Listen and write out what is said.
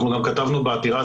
אנחנו גם כתבנו בעתירה.